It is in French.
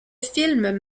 film